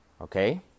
Okay